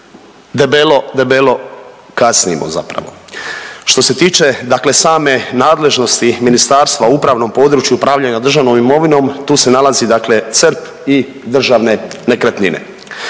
Debelo, debelo kasnimo zapravo. Što se tiče dakle same nadležnosti ministarstva u upravnom području upravljanja državnom imovinom tu se nalazi dakle CERP i Državne nekretnine.